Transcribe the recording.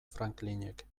franklinek